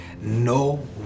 no